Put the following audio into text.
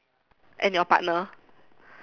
and your partner